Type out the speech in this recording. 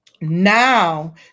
Now